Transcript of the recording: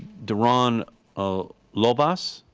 deron ah lovaas.